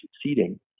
succeeding